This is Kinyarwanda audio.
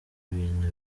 ibintu